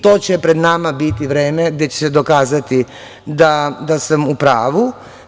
To će pred nama biti vreme gde će se dokazati da sam u pravu.